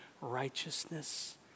righteousness